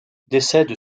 décède